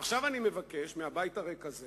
ועכשיו אני מבקש מהבית הריק הזה